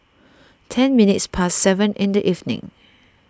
ten minutes past seven in the evening